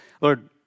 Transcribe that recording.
Lord